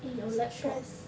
eh your laptop